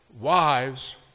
wives